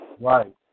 Right